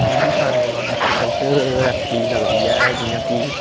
मिगी सारे कोला डिफीकल्ट रैसिपी लगदी ऐ जि'यां कि